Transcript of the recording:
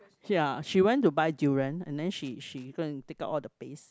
ya she went to buy durian and then she she go and take out all the paste